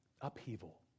upheaval